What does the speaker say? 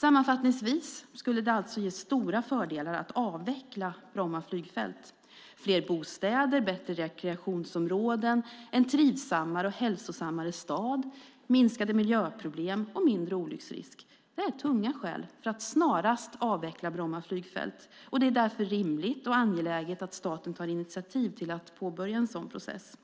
Sammanfattningsvis skulle det ge stora fördelar att avveckla Bromma flygfält. Fler bostäder, bättre rekreationsområden, en trivsammare och hälsosammare stad, minskade miljöproblem och mindre olycksrisk är tunga skäl för att snarast avveckla Bromma flygfält. Det är därför rimligt och angeläget att staten tar initiativ till att påbörja en sådan process.